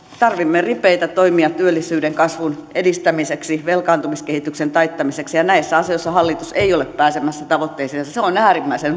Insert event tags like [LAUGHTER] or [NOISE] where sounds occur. tarvitsemme ripeitä toimia työllisyyden kasvun edistämiseksi velkaantumiskehityksen taittamiseksi ja näissä asioissa hallitus ei ole pääsemässä tavoitteisiinsa ja se on äärimmäisen [UNINTELLIGIBLE]